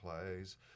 plays